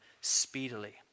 speedily